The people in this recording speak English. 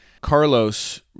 Carlos